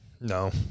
no